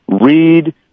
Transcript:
Read